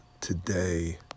today